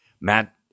Matt